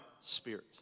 spirit